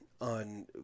on